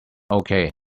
okay